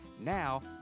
Now